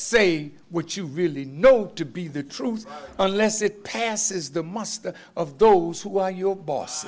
say what you really know to be the truth unless it passes the muster of those who are your boss